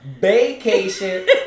vacation